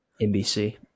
NBC